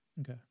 Okay